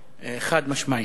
חד-משמעית.